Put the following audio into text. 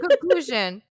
conclusion